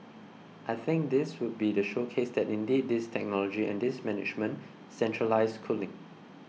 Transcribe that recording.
I think this would be the showcase that indeed this technology and this management centralised cooling